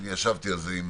ישבתי על זה עם